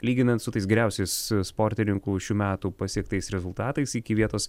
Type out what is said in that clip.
lyginant su tais geriausiais sportininkų šių metų pasiektais rezultatais iki vietos